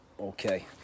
Okay